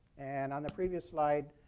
and on the previous slide,